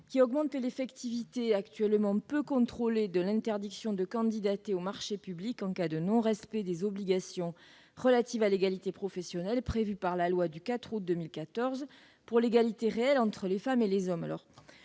d'augmenter l'effectivité, actuellement peu contrôlée, de l'interdiction de candidater aux marchés publics en cas de non-respect des obligations relatives à l'égalité professionnelle prévue par la loi du 4 août 2014 pour l'égalité réelle entre les femmes et les hommes.